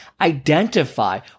identify